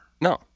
No